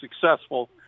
successful